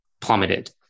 plummeted